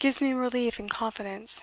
gives me relief and confidence.